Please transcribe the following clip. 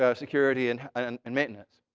ah security and and and and maintenance.